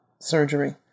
surgery